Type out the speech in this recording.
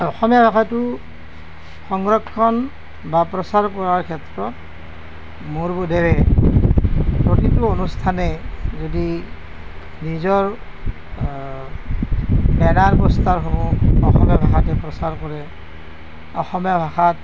অসমীয়া ভাষাটো সংৰক্ষণ বা প্ৰচাৰ কৰাৰ ক্ষেত্ৰত মোৰ বোধেৰে প্ৰতিটো অনুষ্ঠানে যদি নিজৰ বেনাৰ পোষ্টাৰসমূহ অসমীয়া ভাষাতে প্ৰচাৰ কৰে অসমীয়া ভাষাত